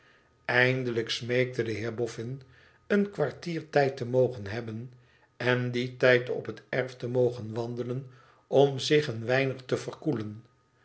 eindelijk smeekte de heerboffin een kwartier tijd te mogen hebben en dien tijd op het erf te mogen wandelen om zich een weinig te verkoelen